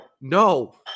no